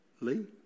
Lee